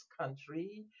country